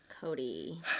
Cody